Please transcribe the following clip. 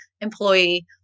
employee